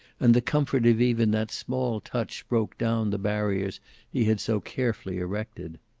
and the comfort of even that small touch broke down the barriers he had so carefully erected.